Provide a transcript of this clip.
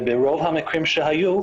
וברוב המקרים שהיו,